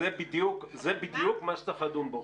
זה בדיוק מה שצריך לדון בו.